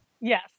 Yes